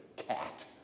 cat